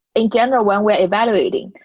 in general, when we're evaluating,